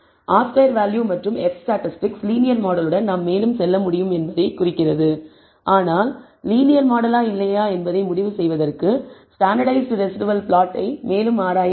R square value மற்றும் F statistics linear மாடலுடன் நாம் செல்ல முடியும் என்பதைக் குறிக்கிறது ஆனால் லீனியர் மாடலா இல்லையா என்பதை முடிவு செய்வதற்கு ஸ்டாண்டர்ட்டைஸ்ட் ரெஸிடுவல் பிளாட்டை மேலும் ஆராய வேண்டும்